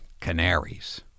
canaries